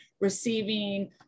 receiving